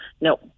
No